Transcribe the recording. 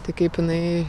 tai kaip jinai